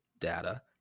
data